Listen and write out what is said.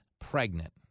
pregnant